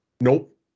nope